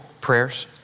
prayers